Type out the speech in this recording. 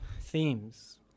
themes